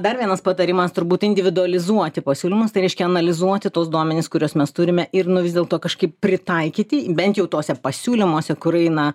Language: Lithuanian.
dar vienas patarimas turbūt individualizuoti pasiūlymus tai reiškia analizuoti tuos duomenis kuriuos mes turime ir nu vis dėlto kažkaip pritaikyti bent jau tuose pasiūlymuose kur eina